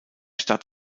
starb